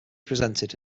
presented